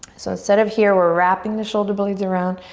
so instead of here, we're wrapping the shoulder blades around,